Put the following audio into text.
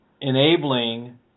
enabling